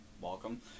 welcome